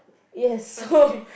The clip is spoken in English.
yes no